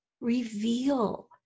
Reveal